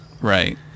Right